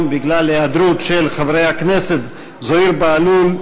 בגלל היעדרות של חברי הכנסת זוהיר בהלול,